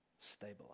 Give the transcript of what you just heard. stabilize